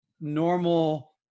normal